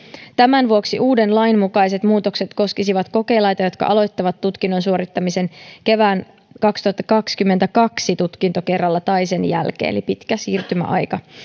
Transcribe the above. tämän vuoksi uuden lain mukaiset muutokset koskisivat kokelaita jotka aloittavat tutkinnon suorittamisen kevään kaksituhattakaksikymmentäkaksi tutkintokerralla tai sen jälkeen eli on pitkä siirtymäaika